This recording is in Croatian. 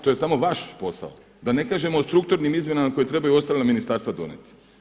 To je samo vaš posao, da ne kažem o strukturnim izmjenama koja trebaju ostala ministarstva donijeti.